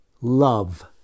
love